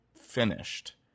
finished